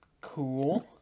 cool